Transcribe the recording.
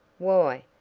why?